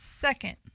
Second